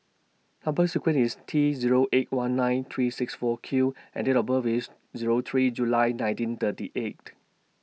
Number sequence IS T Zero eight one nine three six four Q and Date of birth IS Zero three July nineteen thirty eight